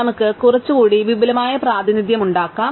നമുക്ക് കുറച്ചുകൂടി വിപുലമായ പ്രാതിനിധ്യം ഉണ്ടാക്കാം